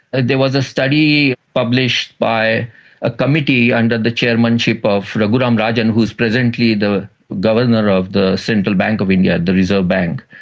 there was a study published by a committee under the chairmanship of raghuram rajan, who is presently the governor of the central bank of india, the reserve bank,